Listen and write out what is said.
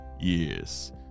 Yes